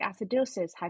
acidosis